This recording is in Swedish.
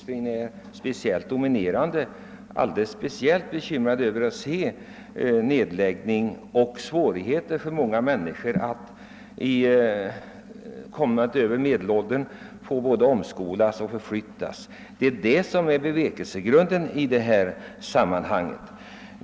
Det känns speciellt svårt för en person som kommer från en sådan bygd att se nedläggningarna och därmed följande problem, då bl.a. människor som är komna till den övre medelåldern måste omskolas och förflyttas. Det är detta som varit bevekelsegrunden för mig i detta sammanhang.